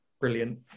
Brilliant